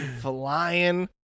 flying